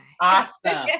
Awesome